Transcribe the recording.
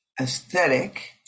aesthetic